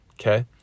Okay